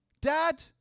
Dad